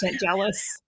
jealous